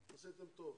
עשיתם טוב.